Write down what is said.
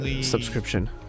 subscription